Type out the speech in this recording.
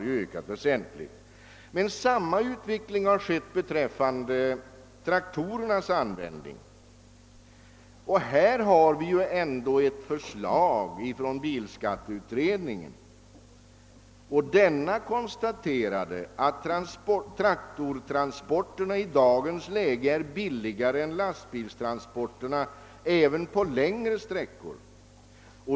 Samma utveckling har ägt rum beträffande traktorerna. Nu har vi ändå fått ett förslag från bilskatteutredningen som konstaterar att traktortransporterna i dagens läge är billigare än lastbilstransporterna, även på längre sträckor.